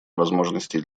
возможностей